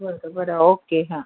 बरं तं बरं ओके हां